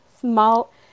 small